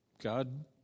God